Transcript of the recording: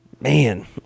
Man